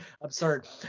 absurd